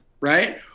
right